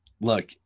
look